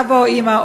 אבא או אימא,